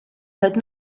heard